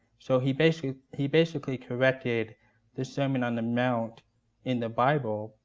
so he basically he basically corrected the sermon on the mount in the bible,